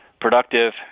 productive